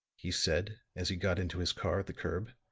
he said, as he got into his car at the curb.